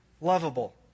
lovable